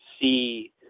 see